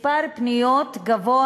מספר פניות גבוה